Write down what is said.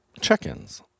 check-ins